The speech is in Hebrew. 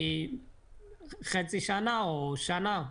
חצי שנה או שנה.